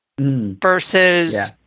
versus